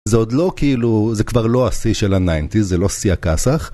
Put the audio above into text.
זה עוד לא כאילו, זה כבר לא השיא של הניינטיז, זה לא שיא הכסאח.